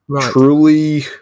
truly